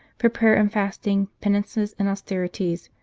for prayer and fasting, penances and austerities,